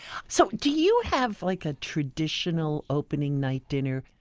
so do you have like a traditional opening night dinner?